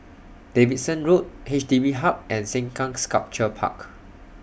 Davidson Road H D B Hub and Sengkang Sculpture Park